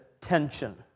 tension